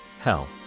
Hell